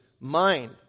mind